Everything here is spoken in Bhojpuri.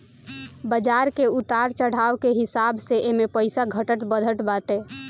बाजार के उतार चढ़ाव के हिसाब से एमे पईसा घटत बढ़त बाटे